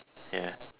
ya